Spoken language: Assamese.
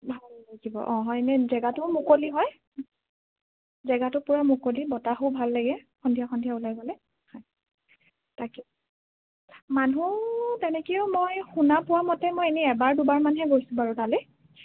ভাল লাগিব অঁ হয় নে জেগাটোৱো মুকলি হয় জেগাটো পুৰা মুকলি বতাহো ভাল লাগে সন্ধিয়া সন্ধিয়া ওলাই গ'লে হয় তাকে মানুহ তেনেকেও মই শুনা পোৱা মতে মই এনে এবাৰ দুবাৰ মানহে গৈছোঁ বাৰু তালে